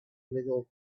little